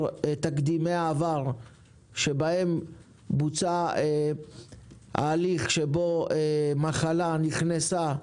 תקדימי העבר שבהם בוצע ההליך שבו מחלה נכנסה לביטוח,